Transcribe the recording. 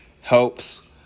helps